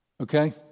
okay